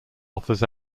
offers